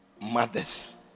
mothers